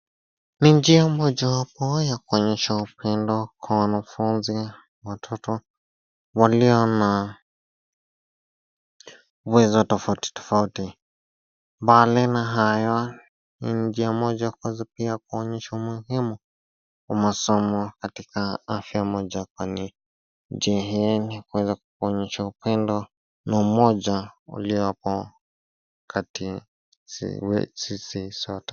Ni njia moja kuwa ya kuonyesha upendo kwa wanafunzi, watoto walio na uwezo tofauti tofauti ,mbali na hayo ni njia moja ya kuonyesha umuhimu wa masomo katika afya moja kwani njia hii ni ya kuweza kuonyesha upendo na umoja uliopo kati sisi sote.